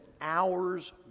hours